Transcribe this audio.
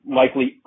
likely